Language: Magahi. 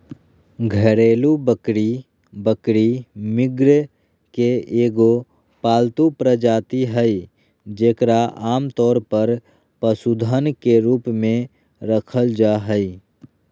घरेलू बकरी बकरी, मृग के एगो पालतू प्रजाति हइ जेकरा आमतौर पर पशुधन के रूप में रखल जा हइ